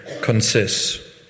consists